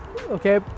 okay